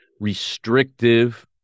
restrictive